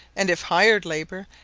and, if hired labour,